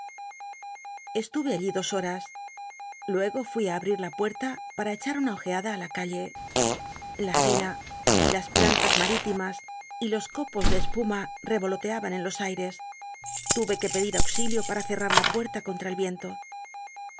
all í dos horas luego fui abrir la puerta para echar una ojeada á la calle la arena las plantas marítimas y los copos de espuma revoloteaban en los aires tuve que pedir auxi lio para ccl'lar la puerta con tra el jento